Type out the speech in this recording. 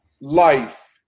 life